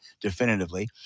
definitively